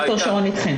אחרי מאמץ לא קל שלי,.